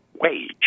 wage